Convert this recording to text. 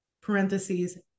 parentheses